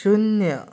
शुन्य